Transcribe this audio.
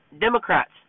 Democrats